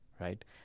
right